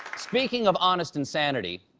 speaking of honest insanity,